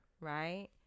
Right